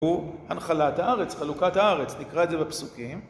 הוא הנחלת הארץ חלוקת הארץ נקרא את זה בפסוקים